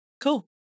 cool